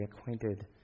acquainted